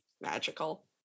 Magical